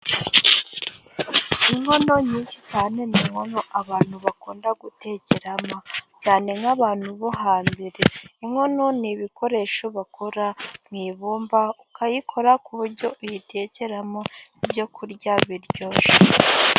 Inkono nyinshi cyane, ni inkono abantu bakunda gutekemo cyane nk'abantu bo hambere, inkono ni ibikoresho bakora mu ibumba, ukayikora ku buryo uyitekeramo ibyokurya biryoshye.